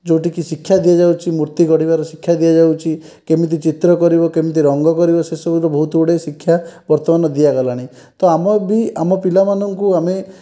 ଯେଉଁଠି କି ଶିକ୍ଷା ଦିଆଯାଉଛି ମୂର୍ତ୍ତି ଗଢ଼ିବାର ଶିକ୍ଷା ଦିଆଯାଉଛି କେମିତି ଚିତ୍ର କରିବ କେମିତି ରଙ୍ଗ କରିବ ସେସବୁ ତ ବହୁତ ଗୁଡ଼ିଏ ଶିକ୍ଷା ବର୍ତ୍ତମାନ ଦିଆଗଲାଣି ତ ଆମ ବି ଆମ ପିଲାମାନଙ୍କୁ ଆମେ